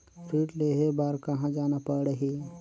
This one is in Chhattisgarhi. ऋण लेहे बार कहा जाना पड़ही?